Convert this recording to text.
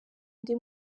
undi